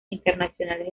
internacionales